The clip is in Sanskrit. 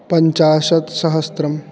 पञ्चाशत्सहस्रम्